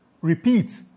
repeat